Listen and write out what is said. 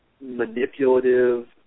manipulative